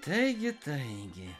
taigi taigi